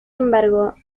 embargo